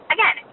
Again